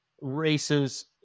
races